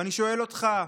ואני שואל אותך,